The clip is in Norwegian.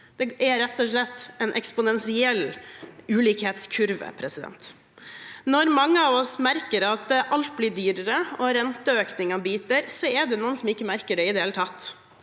Det er rett og slett en eksponentiell ulikhetskurve. Når mange av oss merker at alt blir dyrere og renteøkningene biter, er det noen som ikke merker det i det hele tatt.